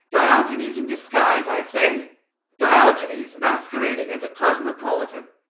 diogenes in disguise. i say diogenes masquerading as a cosmopolitan.